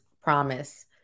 promise